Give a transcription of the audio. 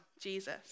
Jesus